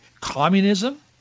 communism